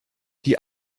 die